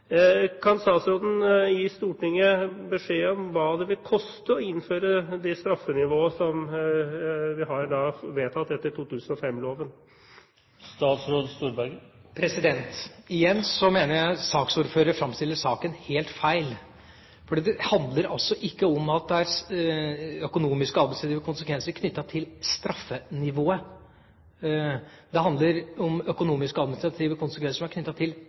Kan statsråden gi Stortinget beskjed om hva det vil koste å innføre det straffenivået som vi har vedtatt etter 2005-loven? Igjen mener jeg saksordføreren framstiller saken helt feil, for dette handler altså ikke om at det er økonomiske og administrative konsekvenser knyttet til straffenivået. Det handler om økonomiske og administrative konsekvenser knyttet til